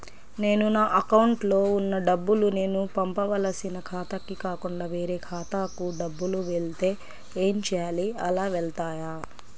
నేను నా అకౌంట్లో వున్న డబ్బులు నేను పంపవలసిన ఖాతాకి కాకుండా వేరే ఖాతాకు డబ్బులు వెళ్తే ఏంచేయాలి? అలా వెళ్తాయా?